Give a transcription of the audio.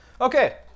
Okay